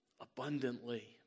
abundantly